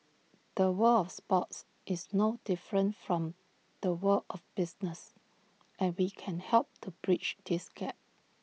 the world of sports is no different from the world of business and we can help to bridge this gap